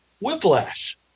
whiplash